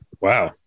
Wow